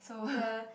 the